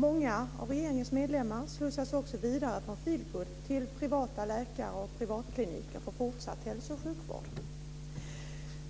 Många av regeringens medlemmar slussas också vidare från Feelgood till privata läkare och privatkliniker för fortsatt hälso och sjukvård.